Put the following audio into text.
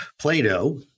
Plato